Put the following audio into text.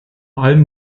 allem